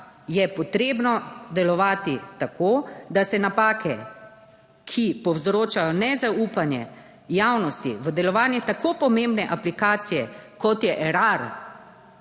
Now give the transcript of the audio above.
je potrebno delovati tako, da se napake, ki povzročajo nezaupanje javnosti v delovanje tako pomembne aplikacije kot je Erar,